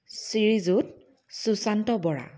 Srijut Sushanta Bora